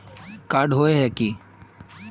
Card होय है की?